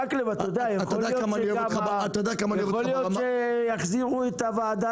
יכול להיות שיחזירו את הוועדה